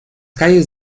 calles